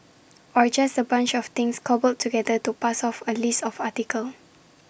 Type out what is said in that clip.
or just A bunch of things cobbled together to pass off as A list of article